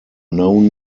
known